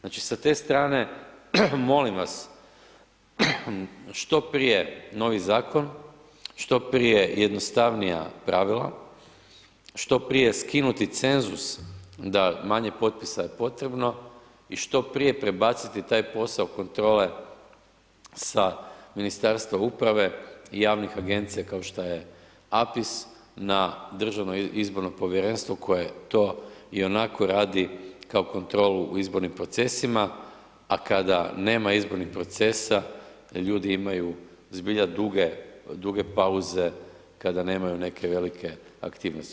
Znači, sa te strane molim vas novi zakon, što prije jednostavnija pravila, što prije skinuti cenzus da manje potpisa je potrebno i što prije prebaciti taj posao kontrole sa Ministarstva uprave i javnih agencija kao šta je APIS na Državno izborno povjerenstvo koje to i onako radi kao kontrolu u izbornim procesima, a kada nema izbornih procesa ljudi imaju zbilja duge, duge pauze kada nemaju neke velike aktivnost.